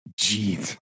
Jeez